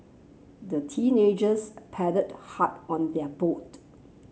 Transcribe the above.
the teenagers paddled hard on their boat